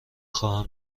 خواهم